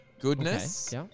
goodness